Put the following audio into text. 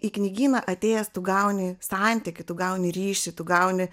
į knygyną atėjęs tu gauni santykį tu gauni ryšį tu gauni